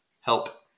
help